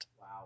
wow